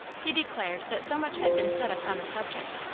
he declared that so much had been said upon the subject,